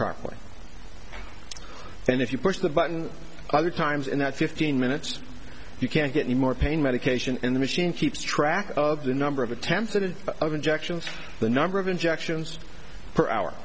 properly then if you push the button other times in that fifteen minutes you can't get any more pain medication in the machine keeps track of the number of attempts it is of injections the number of injections per hour